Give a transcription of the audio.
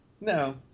No